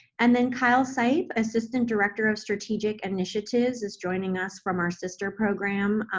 and then kyle seipp, assistant director of strategic and initiatives is joining us from our sister program,